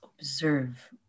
observe